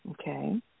Okay